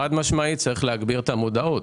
חד משמעית צריך להגביר את המודעות,